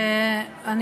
תודה,